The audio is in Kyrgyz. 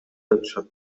жатышат